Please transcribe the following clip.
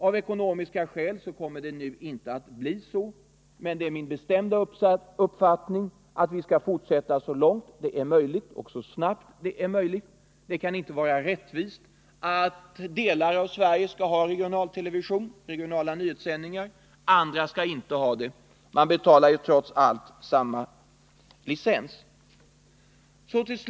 Av ekonomiska skäl kommer det inte att bli så, men det är min fasta uppfattning att vi skall fortsätta utbyggnaden så långt det är möjligt och så snabbt det är möjligt. Det kan inte vara rättvist att delar av Sverige har regionala nyhetssändningar i TV, medan andra inte har det — alla betalar ju trots allt samma belopp för licensen. Herr talman!